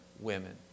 women